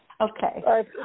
Okay